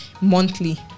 monthly